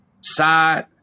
side